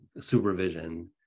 supervision